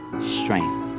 strength